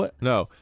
No